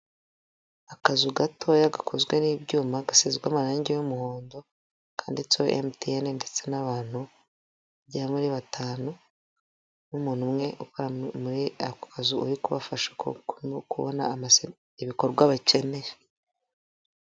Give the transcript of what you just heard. Akazu gatoya gakozwe n' ibyuma gasizwe amarangi y'umuhondo kanditse emutiyene ndetse n'abantu byamu batanu b'umuntu umwe muri ako kazizu uri kubafasha no kubona ibikorwa bakeneye.